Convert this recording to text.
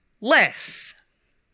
less